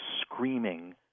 screaming